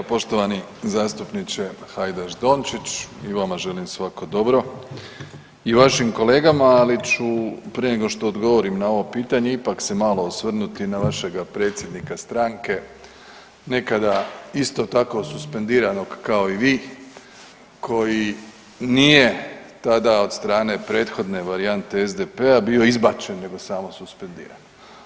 Hvala lijepa poštovani zastupniče Hajdaš Dončić i vama želim svako dobro i vašim kolegama, ali ću prije nego što odgovorim na ovo pitanje ipak se malo osvrnuti na vašega predsjednika stranke nekada isto tako suspendiranoga kao i vi koji nije tada od strane prethodne varijante SDP-a bio izbačen nego samo suspendiran.